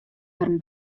harren